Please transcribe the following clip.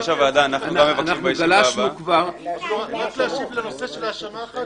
רק להשיב לנושא של האשמה אחת,